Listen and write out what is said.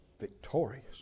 victorious